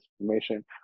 information